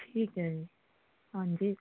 ਠੀਕ ਹੈ ਜੀ ਹਾਂਜੀ